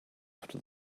after